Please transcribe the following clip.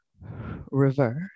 Reverse